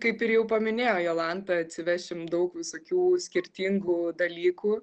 kaip ir jau paminėjo jolanta atsivešim daug visokių skirtingų dalykų